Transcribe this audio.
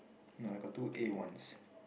no I got two A ones